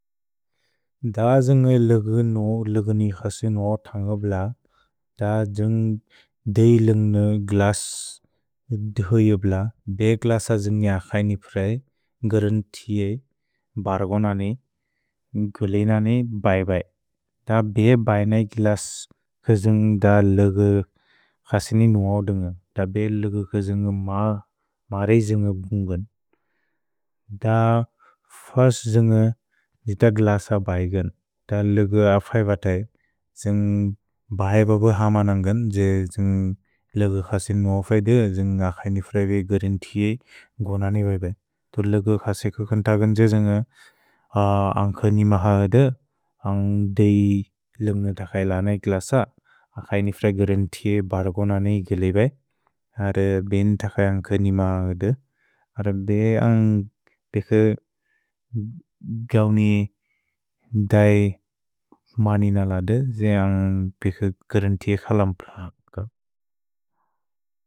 द द्ज्न्ग् ल्ग्न् ओ ल्ग्नि क्ससिन् ओ तअ ब्ल, द द्ज्न्ग् देय् ल्न्ग् न् ग्लस् ध्ये ब्ल। बे ग्लस द्ज्न्ग् यक्सैनि प्रए, न्ग्र्न् तिये, बर्गो नने, गुल् नने, बै बै। द बे बैन ग्लस् क् द्ज्न्ग् द ल्ग् क्ससिनि न्वो दुअ, द बे ल्ग् क् द्ज्न्ग् म रैज् द्ज्न्ग् बुन्ग। द फर्स् द्ज्न्ग् द्जित ग्लस बैगन्, द ल्ग् अफैवत, द्ज्न्ग् बैब ब हम नन्गन्। द्ज् द्ज्न्ग् ल्ग् क्ससिनि न्वो अफैद, द्ज्न्ग् यक्सैनि फ्रएबे, न्ग्र्न् तिये, गुल् नने, बै बै। द ल्ग् क्ससिनि न्वो दुअ।